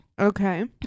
Okay